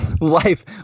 life